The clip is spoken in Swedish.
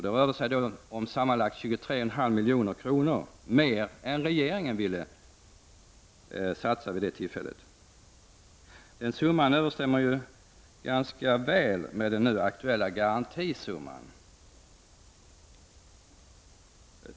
Det rör sig om sammanlagt 23,5 milj.kr. mer än regeringen ville satsa vid det tillfället. Den summan överensstämmer ganska väl med den nu aktuella garantisumman.